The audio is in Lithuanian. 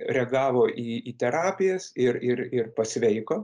reagavo į į terapijas ir ir ir pasveiko